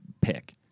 pick